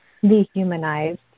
dehumanized